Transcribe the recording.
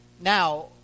now